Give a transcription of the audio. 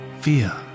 fear